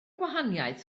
gwahaniaeth